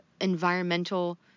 environmental